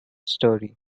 story